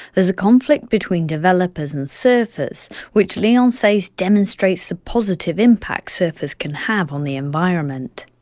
there's a conflict between developers and surfers which leon says demonstrates the positive impact surfers can have on the environment.